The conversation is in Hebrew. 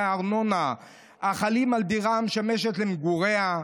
הארנונה החלים על דירה המשמשת למגוריה,